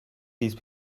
these